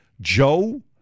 Joe